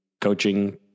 coaching